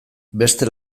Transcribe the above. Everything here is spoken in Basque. beste